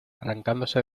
arrancándose